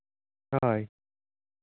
ᱦᱳᱭ